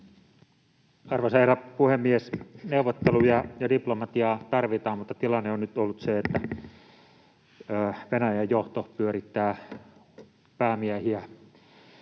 Arvoisa herra puhemies! Neuvotteluja ja diplomatiaa tarvitaan, mutta tilanne on nyt ollut se, että Venäjän johto pyörittää päämiehiä